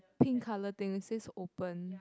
pink colour thing says open